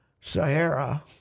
Sahara